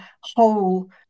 whole